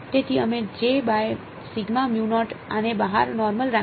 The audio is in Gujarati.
તેથી અમે આને બહાર નોર્મલ રાખી શકીએ છીએ અહીં પ્રથમ કોમ્પોનેંટ